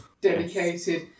Dedicated